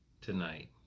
tonight